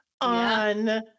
on